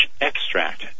extract